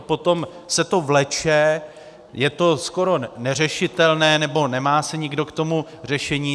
Potom se to vleče, je to skoro neřešitelné, nebo nemá se nikdo k tomu řešení.